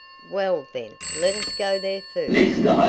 well, then, let us go there first.